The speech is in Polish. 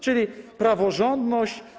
Czyli praworządność.